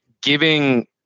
giving